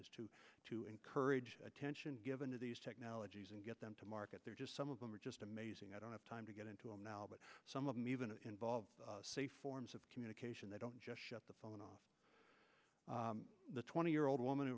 is to to encourage attention given to these technologies and get them to market they're just some of them are just amazing i don't have time to get into all now but some of them even involve say forms of communication they don't just shut the phone off the twenty year old woman